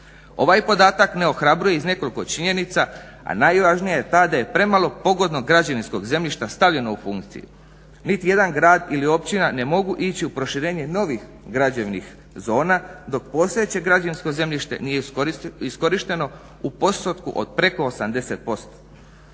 Ovaj podatak ne ohrabruje iz nekoliko činjenica, a najvažnija je ta da je premalo pogodnog građevinskog zemljišta stavljeno u funkciju. Niti jedan grad ili općina ne mogu ići u proširenje novih građevnih zona dok postojeće građevinsko zemljište nije iskorišteno u postotku od preko 80%